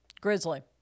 Grizzly